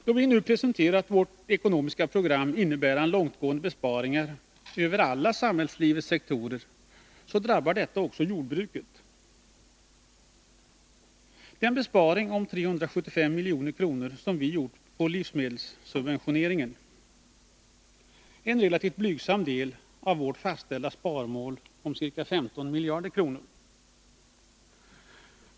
Då vi nu presenterat vårt ekonomiska program, innebärande långtgående besparingar över alla samhällslivets sektorer, så drabbar detta också jordbruket. Den besparing på 375 milj.kr. som vi gjort på livsmedelssubventioneringen är en relativt blygsam del av vårt fastställda sparmål om ca 15 miljarder kronor.